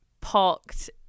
parked